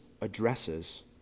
addresses